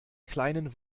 kleinen